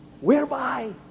Whereby